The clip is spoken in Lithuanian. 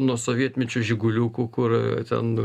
nuo sovietmečio žiguliukų kur ten